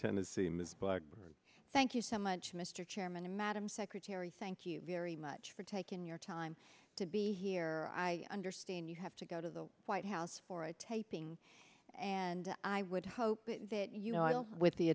blackburn thank you so much mr chairman madam secretary thank you very much for taking your time to be here i understand you have to go to the white house for a taping and i would hope that you know with the